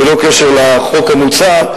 בלא קשר לחוק המוצע,